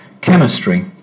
chemistry